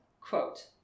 quote